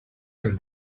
from